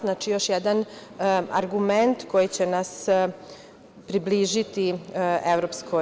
Znači, još jedan argument koji će nas približiti EU.